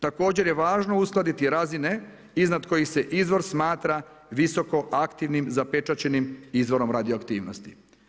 Također je važno uskladiti razine iznad kojih se izvor smatra visoko aktivnim zapečaćenim izvorom radioaktivnosti.